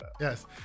Yes